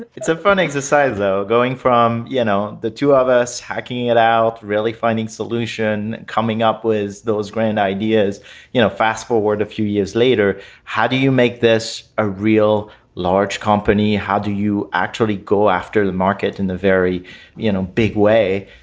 it's a fun exercise though going from you know the two of us hacking it out really finding solution coming up with those grand ideas you know fast forward a few years later how do you make this a real large company. how do you actually go after the market in a very you know big way.